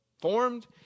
formed